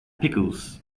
pickles